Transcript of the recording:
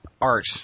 art